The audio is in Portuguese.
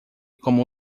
como